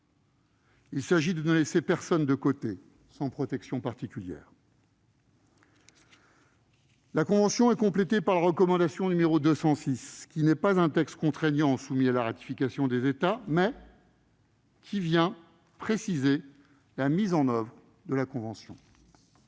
Il s'agit de ne laisser personne de côté, sans protection particulière. La convention est complétée par la recommandation n° 206, qui n'est pas un texte contraignant soumis à la ratification des États, mais qui vient en préciser la mise en oeuvre. Il était essentiel